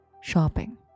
shopping